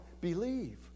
Believe